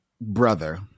brother